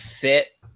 fit